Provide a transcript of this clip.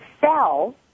sell